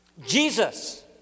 Jesus